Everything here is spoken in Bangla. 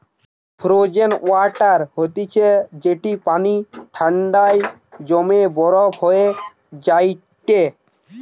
ফ্রোজেন ওয়াটার হতিছে যেটি পানি ঠান্ডায় জমে বরফ হয়ে যায়টে